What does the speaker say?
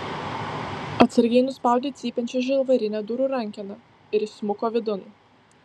atsargiai nuspaudė cypiančią žalvarinę durų rankeną ir įsmuko vidun